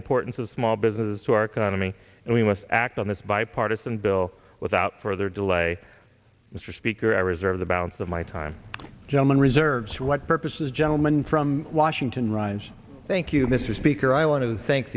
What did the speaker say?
importance of small business to our economy and we must act on this bipartisan bill without further delay mr speaker i reserve the balance of my time german reserves for what purposes gentleman from washington rise thank you mr speaker i want to thank